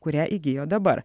kurią įgijo dabar